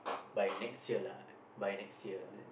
by next year lah by next year